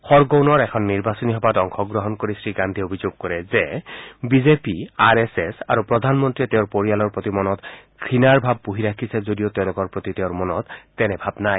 খাৰগনৰ এখন নিৰ্বাচনী সভাত অংশগ্ৰহণ কৰি শ্ৰীগান্ধীয়ে অভিযোগ কৰে যে বিজেপি আৰ এছ এছ আৰু প্ৰধানমন্ত্ৰীয়ে তেওঁৰ পৰিয়ালৰ প্ৰতি মনত ঘৃণাৰ ভাৱ পুহি ৰাখিছে যদিও তেওঁলোকৰ প্ৰতি তেওঁৰ মনত তেনে ভাৱ নাই